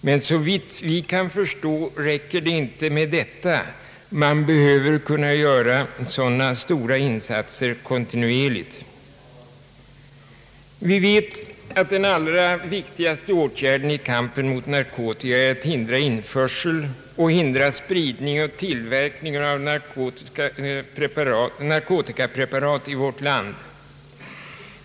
Men såvitt vi kan förstå är detta inte tillräckligt. Man behöver kunna göra sådana stora insatser kontinuerligt. Vi vet att den allra viktigaste åtgärden i kampen mot narkotika är att hindra införsel, spridning och tillverkning av narkotikapreparat i vårt land.